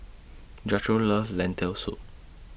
Jethro loves Lentil Soup